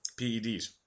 PEDs